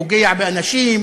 פוגע באנשים,